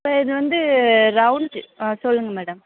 இப்போ இது வந்து ரவுண்டு ஆ சொல்லுங்க மேடம்